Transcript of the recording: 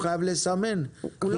אם אין,